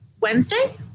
Wednesday